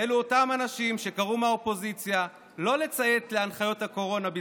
ואלה אותם אנשים שקראו בזמנו מהאופוזיציה לא לציית להנחיות הקורונה,